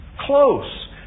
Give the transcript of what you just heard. close